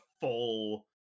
full